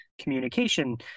communication